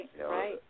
Right